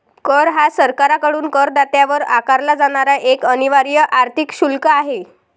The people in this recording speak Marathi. कर हा सरकारकडून करदात्यावर आकारला जाणारा एक अनिवार्य आर्थिक शुल्क आहे